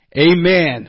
Amen